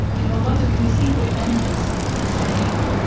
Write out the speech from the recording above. you know, a lot as we see the feminists saying,